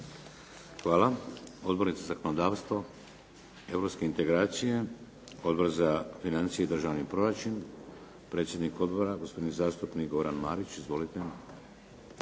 Hvala. Odbori za zakonodavstvo, europske integracije? Odbor za financije i državni proračun, predsjednik odbora gospodin zastupnik Goran Marić. Izvolite.